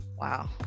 Wow